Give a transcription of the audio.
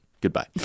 Goodbye